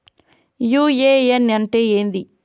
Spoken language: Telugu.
యు.ఎ.ఎన్ అంటే ఏంది?